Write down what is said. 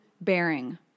bearing